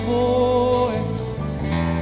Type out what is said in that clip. voice